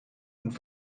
und